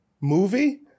movie